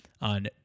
on